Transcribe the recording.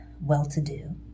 well-to-do